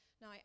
Now